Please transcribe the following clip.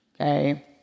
Okay